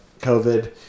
covid